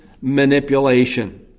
manipulation